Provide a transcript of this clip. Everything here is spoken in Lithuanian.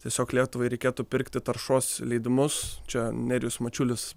tiesiog lietuvai reikėtų pirkti taršos leidimus čia nerijus mačiulis